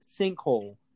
sinkhole